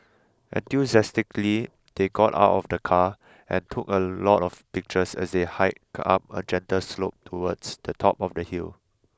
enthusiastically they got out of the car and took a lot of pictures as they hiked up a gentle slope towards the top of the hill